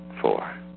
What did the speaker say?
Four